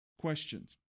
questions